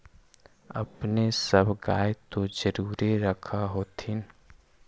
अपने सब गाय तो जरुरे रख होत्थिन?